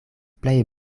plej